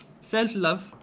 Self-love